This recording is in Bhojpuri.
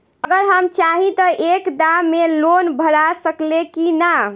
अगर हम चाहि त एक दा मे लोन भरा सकले की ना?